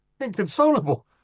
inconsolable